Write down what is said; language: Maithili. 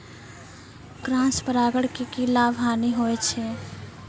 क्रॉस परागण के की लाभ, हानि होय छै?